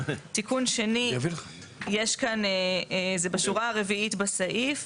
תיקון זה בשורה הרביעית בסעיף,